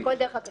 הכול דרך הכספת.